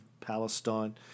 Palestine